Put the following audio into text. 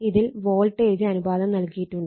ഇതിൽ വോൾട്ടേജ് അനുപാദം നൽകിയിട്ടുണ്ട്